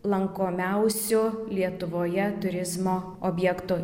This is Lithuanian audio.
lankomiausiu lietuvoje turizmo objektu